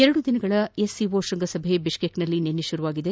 ಎರಡು ದಿನಗಳ ಎಸ್ಸಿಒ ಕೃಂಗಸಭೆ ಬಿಷ್ಕೇಕ್ನಲ್ಲಿ ನಿನ್ನೆ ಆರಂಭವಾಗಿದೆ